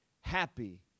happy